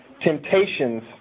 temptations